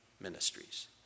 ministries